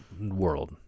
world